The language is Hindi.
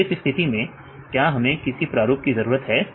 तो इस स्थिति में क्या हमें किसी प्रारूप की जरूरत है